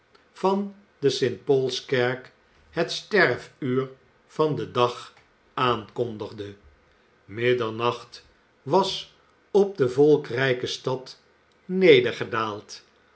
van de st paulskerk het sterfuur van den dag aankondigde middernacht was op de volki rijke stad nedergedaald